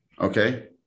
okay